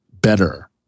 better